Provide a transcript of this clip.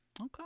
Okay